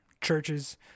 churches